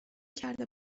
کرده